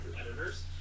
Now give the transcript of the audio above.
editors